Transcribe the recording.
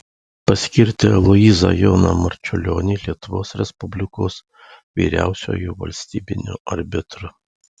paskirti aloyzą joną marčiulionį lietuvos respublikos vyriausiuoju valstybiniu arbitru